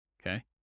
okay